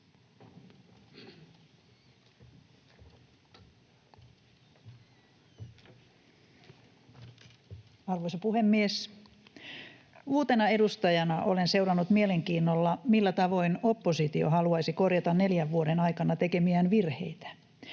Arvoisa puhemies! Uutena edustajana olen seurannut mielenkiinnolla, millä tavoin oppositio haluaisi korjata neljän vuoden aikana tekemiään virheitä.